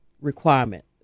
requirement